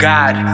God